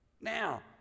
Now